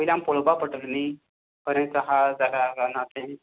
पयलीं आमकां पावोपा पडटलें न्ही खरेंच आसा जाल्यार काय ना तें